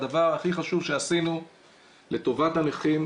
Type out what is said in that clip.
הדבר הכי חשוב שעשינו לטובת הנכים,